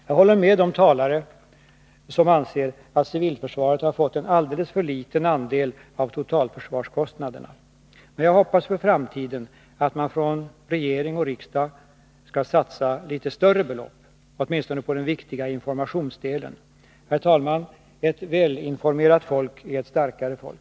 Jag håller med de talare som anser att civilförsvaret har fått en alldeles för liten andel av totalförsvarskostnaderna. Men jag hoppas för framtiden att man från regeringen och riksdag skall satsa litet större belopp, åtminstone på den viktiga informationsdelen. Herr talman! Ett välinformerat folk är ett starkare folk!